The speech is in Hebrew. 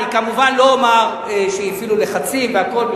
אני כמובן לא אומר שהפעילו לחצים והכול,